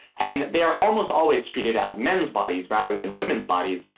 and they are almost always treated as men's bodies rather than women's bodies,